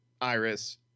Iris